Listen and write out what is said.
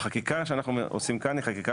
החקיקה שאנחנו עושים כאן היא חקיקה